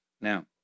Now